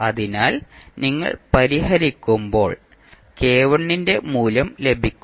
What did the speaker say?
അതിനാൽ നിങ്ങൾ പരിഹരിക്കുമ്പോൾ ന്റെ മൂല്യം ലഭിക്കും